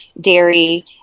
dairy